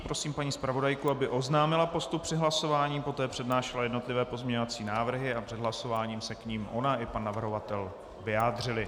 Prosím paní zpravodajku, aby oznámila postup při hlasování, poté přednášela jednotlivé pozměňovací návrhy a před hlasováním se k nim ona i pan navrhovatel vyjádřili.